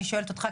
אני שואלת אותך,